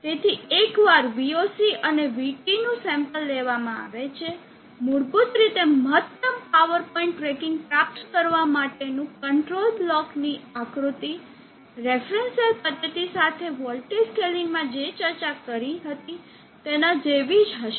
તેથી એકવાર voc અને vT નું સેમ્પલ લેવામાં આવે છે મૂળભૂત રીતે મહત્તમ પાવર પોઇન્ટ ટ્રેકિંગ પ્રાપ્ત કરવા માટેનું કંટ્રોલ બ્લોક ની આકૃતિ રેફરન્સ સેલ પદ્ધતિ સાથે વોલ્ટેજ સ્કેલિંગ માં જે ચર્ચા કરી હતી તેના જેવી જ હશે